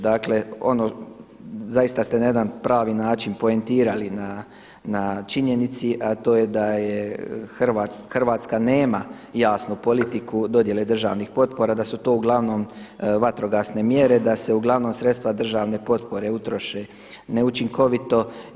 Dakle, zaista ste na jedan pravi način poentirali na činjenici a to je da Hrvatska nema jasnu politiku dodjele državnih potpora, da su to uglavnom vatrogasne mjere, da se uglavnom sredstva državne potpore utroše neučinkovito.